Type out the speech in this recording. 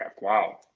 Wow